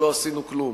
שלא עשינו כלום,